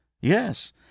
Yes